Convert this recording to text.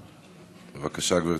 בבקשה, גברתי.